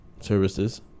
services